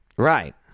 Right